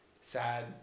Sad